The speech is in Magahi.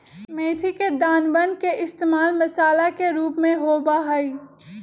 मेथी के दानवन के इश्तेमाल मसाला के रूप में होबा हई